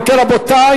אם כן, רבותי,